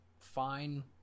fine